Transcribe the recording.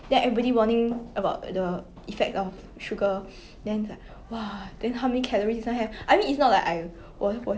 yeah